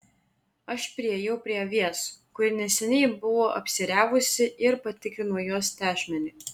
aš priėjau prie avies kuri neseniai buvo apsiėriavusi ir patikrinau jos tešmenį